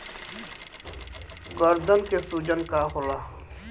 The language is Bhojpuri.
गदन के सूजन का होला?